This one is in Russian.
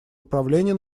управления